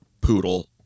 poodle